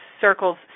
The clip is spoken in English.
circles